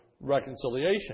reconciliation